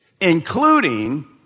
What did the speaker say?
including